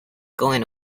going